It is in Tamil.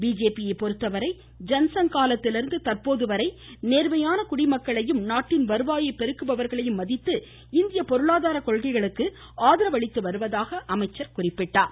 பிஜேபியை பொறுத்தவரை ஜன்சங் காலத்திலிருந்து தற்போதுவரை நேர்மையான குடிமக்களையும் நாட்டின் வருவாயை பெருக்குபவர்களையும் மதித்து இந்திய பொருளாதார கொள்கைகளுக்கு ஆதரவு அளித்துவருவதாக அமைச்சர் குறிப்பிட்டார்